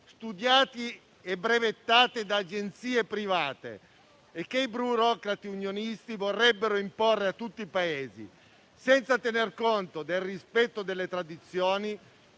studiati e brevettati da agenzie private e che i burocrati unionisti vorrebbero imporre a tutti i Paesi, senza tener conto del rispetto delle tradizioni